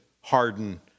harden